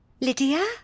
Lydia